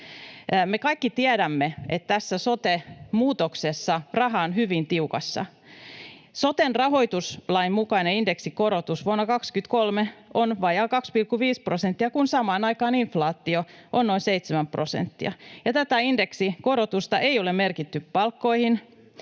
Me kaikki tiedämme, että tässä sote-muutoksessa raha on hyvin tiukassa. Soten rahoituslain mukainen indeksikorotus vuonna 2023 on vajaa 2,5 prosenttia, kun samaan aikaan inflaatio on noin 7 prosenttia, ja tätä indeksikorotusta ei ole merkitty palkkoihin.